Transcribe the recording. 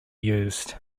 used